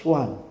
one